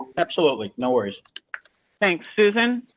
absolutely. no worries. thanks, susan.